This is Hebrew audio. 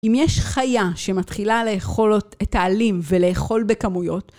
אם יש חיה שמתחילה לאכול את העלים ולאכול בכמויות,